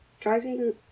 driving